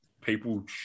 people